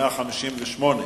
ראש הממשלה